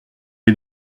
est